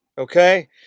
Okay